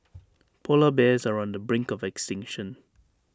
Polar Bears are on the brink of extinction